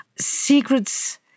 Secrets